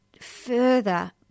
further